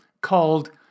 called